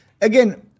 again